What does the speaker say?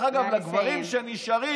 דרך אגב, לגברים שנשארים